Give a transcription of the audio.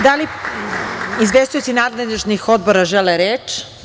Da li izvestioci nadležnih odbora žele reč?